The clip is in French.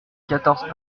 quatorze